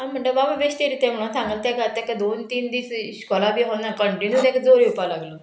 हांव म्हणटा बाबा बेश्टे रे तें म्हणून सांगले ताका ताका दोन तीन दीस इशकोला बी व्होरोना कंटिन्यू ताका जोर येवपा लागलो